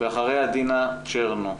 ואחריה דינה צ'רנו בבקשה.